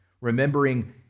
remembering